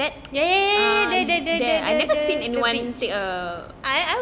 ya ya ya ya the the the the beach